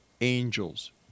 angels